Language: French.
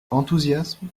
enthousiasme